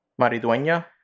Mariduena